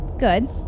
Good